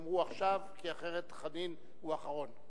יאמרו עכשיו, כי אחרת חנין הוא אחרון.